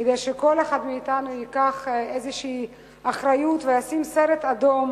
כך שכל אחד מאתנו ייקח איזו אחריות וישים סרט אדום